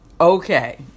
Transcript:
okay